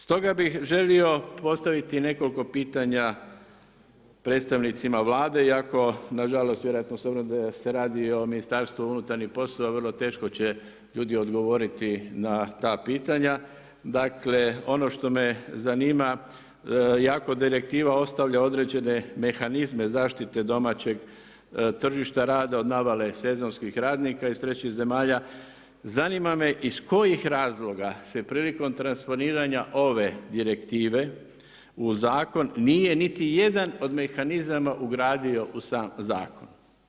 Stoga bi želio postaviti nekoliko pitanja predstavnicima Vlade, iako na žalost, vjerojatno se ovdje se radi o Ministarstvu unutarnjih poslova, vrlo teško će ljudi odgovoriti na ta pitanja, dakle, ono što me zanima, jako direktiva ostavlja određene mehanizme zaštite domaćeg tržišta rada od navale sezonskih radnika iz trećih zemalja, zanima me iz kojih razloga se prilikom transformiranja ove direktive u zakon nije niti jedan od mehanizama ugradio u sam zakon.